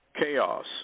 chaos